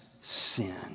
sin